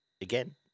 Again